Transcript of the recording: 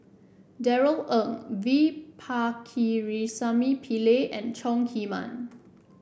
Darrell Ang V Pakirisamy Pillai and Chong Heman